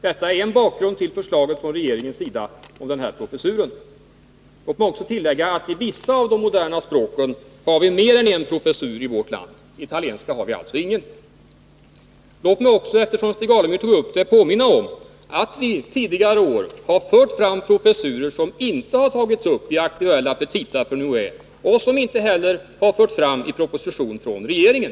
Detta är en bakgrund till förslaget från regeringens sida om den här professuren. Låt mig tillägga att vi i vissa av de moderna språken har mer än en professur i vårt land. I italienska har vi alltså ingen. Jag vill också, eftersom Stig Alemyr tog upp det, påminna om att vi tidigare år har fört fram förslag om professurer som inte har tagits upp i aktuella petita från UHÄ och som inte heller har förts fram i proposition från regeringen.